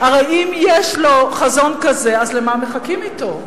הרי אם יש לו חזון כזה, אז למה מחכים אתו?